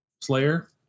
Slayer